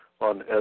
on